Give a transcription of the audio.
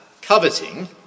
coveting